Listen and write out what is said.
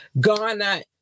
Ghana